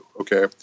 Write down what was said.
okay